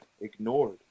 ignored